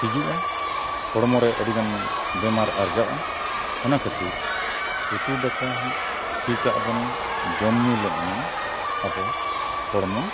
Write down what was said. ᱦᱤᱡᱩᱜᱼᱟ ᱦᱚᱲᱢᱚ ᱨᱮ ᱟᱹᱰᱤ ᱜᱟᱱ ᱵᱮᱢᱟᱨ ᱟᱨᱡᱟᱜᱼᱟ ᱚᱱᱟ ᱠᱷᱟᱹᱛᱤᱨ ᱩᱛᱩ ᱫᱟᱠᱟ ᱦᱚᱸ ᱴᱷᱤᱠᱟᱜ ᱵᱚᱱ ᱡᱚᱢ ᱧᱩᱞᱮ ᱮᱱᱟᱝ ᱟᱵᱚ ᱦᱚᱲᱢᱚ